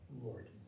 Lord